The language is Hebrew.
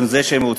או: